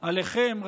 עליכם,